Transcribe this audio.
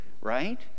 right